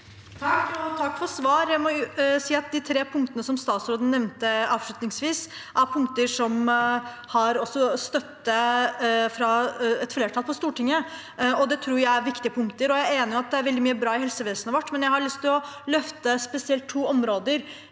Jeg må si at de tre punktene statsråden nevnte avslutningsvis, er punkter som også har støtte fra et flertall på Stortinget. Det tror jeg er viktige punkter. Jeg er enig i at det er veldig mye bra i helsevesenet vårt, men jeg har lyst til å løfte spesielt to områder